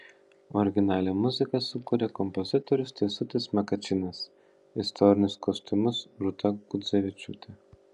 originalią muziką sukūrė kompozitorius teisutis makačinas istorinius kostiumus rūta gudzevičiūtė